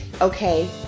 okay